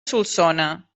solsona